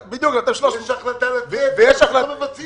יש החלטה לתת אבל לא מבצעים אותה.